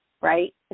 right